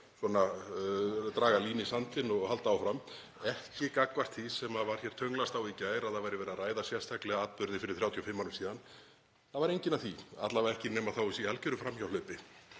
draga línu í sandinn með þetta mál og halda áfram, ekki gagnvart því sem var tönnlast á í gær, að það væri verið að ræða sérstaklega atburði fyrir 35 árum síðan. Það var enginn að því, alla vega ekki nema þá í algeru framhjáhlaupi.